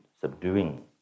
subduing